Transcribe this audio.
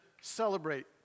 celebrate